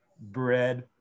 bread